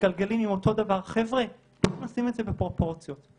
נכון לרגע זה, החוק מגדיר וקובע, זה הכול.